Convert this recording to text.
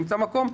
נמצא מקום,